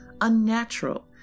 Unnatural